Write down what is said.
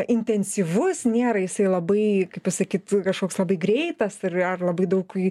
intensyvus nėra jisai labai kaip pasakyt kažkoks labai greitas ir ar labai daug